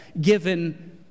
given